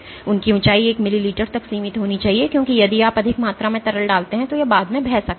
उनकी ऊंचाई एक मिलीमीटर तक सीमित होनी चाहिए क्योंकि यदि आप अधिक मात्रा में तरल डालते हैं तो यह बाद में बह सकता है